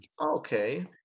Okay